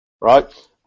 Right